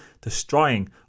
destroying